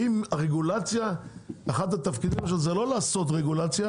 אחד התפקידים שלכם זה לא לעשות רגולציה